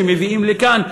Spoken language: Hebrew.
שמביאים לכאן,